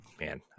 Man